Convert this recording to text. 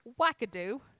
wackadoo